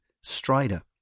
strider